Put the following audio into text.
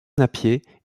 napier